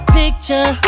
picture